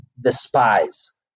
despise